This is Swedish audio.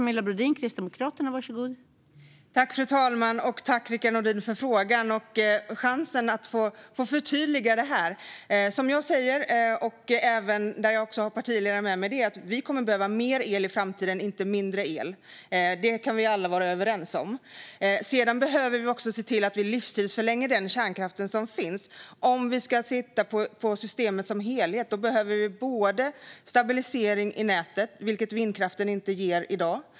Fru talman! Jag tackar Rickard Nordin för frågan och chansen att få förtydliga detta. Som jag säger - och jag har min partiledare med mig - kommer vi att behöva mer el i framtiden, inte mindre el. Det kan vi alla vara överens om. Sedan behöver vi också se till att vi livstidsförlänger den kärnkraft som finns. Om vi ska sikta på systemet som helhet behöver vi stabilisering i nätet, vilket vindkraften inte ger i dag.